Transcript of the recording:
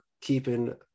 keeping